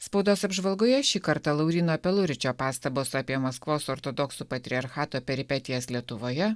spaudos apžvalgoje šį kartą lauryno peluričio pastabos apie maskvos ortodoksų patriarchato peripetijas lietuvoje